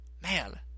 Man